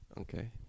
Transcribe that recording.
Okay